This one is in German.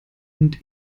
und